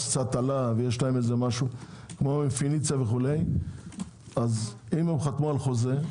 קצת עלה ויש להם משהו כמו בפיניציה וכו' - אם הם חתמו על חוזה,